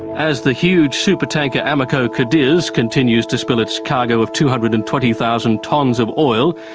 as the huge supertanker amoco cadiz continues to spill its cargo of two hundred and twenty thousand tonnes of oil,